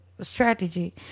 strategy